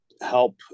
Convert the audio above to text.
help